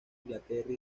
inglaterra